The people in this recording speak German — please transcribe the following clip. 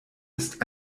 ist